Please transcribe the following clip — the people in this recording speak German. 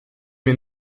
mir